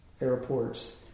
airports